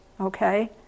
Okay